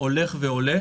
הולך ועולה.